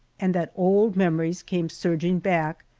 and that old memories came surging back,